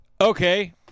okay